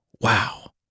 Wow